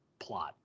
plot